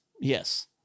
Yes